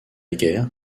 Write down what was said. guerre